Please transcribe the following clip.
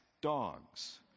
dogs